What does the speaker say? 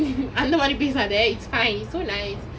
அந்த மாதிரி பேசாதே:antha maathiri pesathe it's fine it's so nice